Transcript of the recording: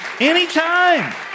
Anytime